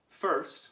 First